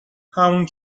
همون